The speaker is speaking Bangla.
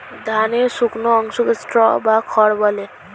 ধানের শুকনো অংশকে স্ট্র বা খড় বলে